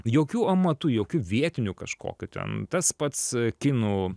jokių amatų jokių vietinių kažkokių ten tas pats kinų